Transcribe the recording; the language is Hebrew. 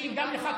ברגע,